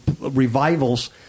revivals